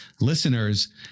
listeners